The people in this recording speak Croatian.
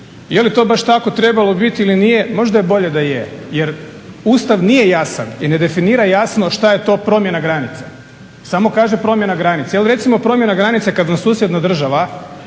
Je li to baš tako trebalo biti ili nije možda je bolje da je, jer Ustav nije jasan i ne definira jasno što je to promjena granice. Samo kaže promjena granice. Je li recimo promjena granice kad vam susjedna država